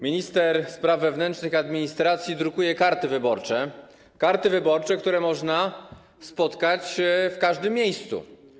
Minister spraw wewnętrznych i administracji drukuje karty wyborcze - karty wyborcze, które można spotkać w każdym miejscu.